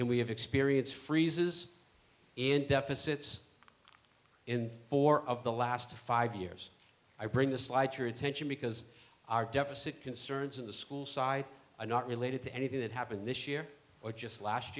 and we have experience freezes in deficits in four of the last five years i bring the slighter attention because our deficit concerns in the school side are not related to anything that happened this year or just last